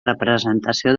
representació